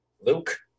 Luke